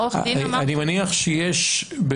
עורך הדין אמר --- אני מניח שיש בשלל